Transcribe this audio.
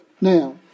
Now